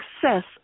success